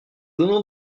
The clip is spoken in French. donnant